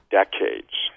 decades